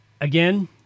Again